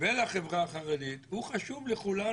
ולחברה החרדית הוא חשוב לכולנו.